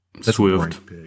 Swift